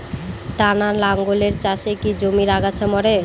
টানা লাঙ্গলের চাষে কি জমির আগাছা মরে?